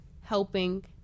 helping